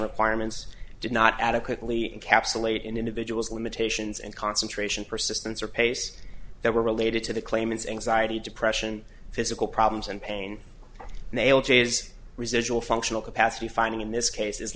requirements did not adequately encapsulate an individual's limitations and concentration persistence or pace that were related to the claimant's anxiety depression physical problems and pain they all j is residual functional capacity finding in this case is